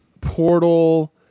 Portal